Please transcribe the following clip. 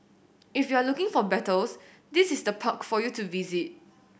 if you're looking for battles this is the park for you to visit